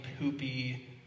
poopy